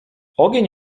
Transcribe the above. ogień